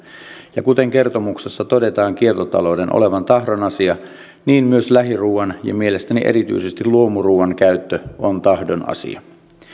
ja kuten kertomuksessa todetaan kiertotalouden olevan tahdon asia niin myös lähiruoan ja mielestäni erityisesti luomuruoan käyttö on tahdon asia